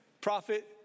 prophet